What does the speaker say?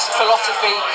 philosophy